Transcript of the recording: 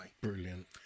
Brilliant